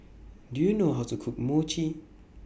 Do YOU know How to Cook Mochi